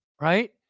right